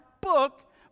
book